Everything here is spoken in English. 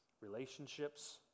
relationships